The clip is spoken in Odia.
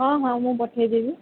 ହଁ ହଁ ମୁଁ ପଠେଇ ଦେବି